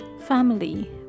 family